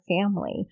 family